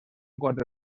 quatre